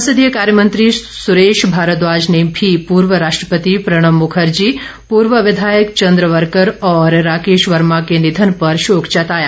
संसदीय कार्यमंत्री सुरेश भारद्वाज ने भी पूर्व राष्ट्रपति प्रणब मुखर्जी पूर्व विधायक चंद्रवर्कर और राकेश वर्मा के निधन पर शोक जताया